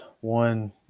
One